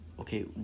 okay